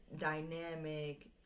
dynamic